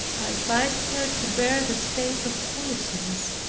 i advised her to bear the state of foolishness,